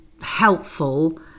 helpful